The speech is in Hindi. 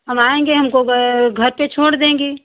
हम आएंगे हमको ग घर पर छोड़ देंगी